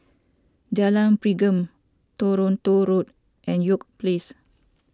Jalan Pergam Toronto Road and York Place